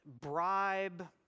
bribe